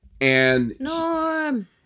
Norm